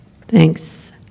Thanks